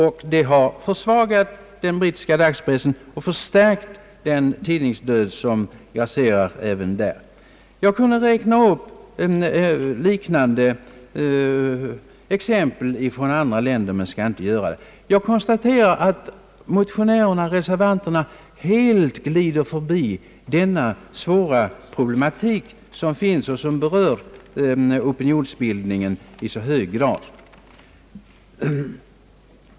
Detta har försvagat brittisk dagspress och bidragit till den tidningsdöd som grasserar även där. Jag kunde räkna upp liknande exempel från andra länder. Jag konstaterar att motionärerna och reservanterna helt glider förbi denna svåra problematik som berör opinionsbildningen i så hög grad.